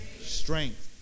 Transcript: strength